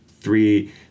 three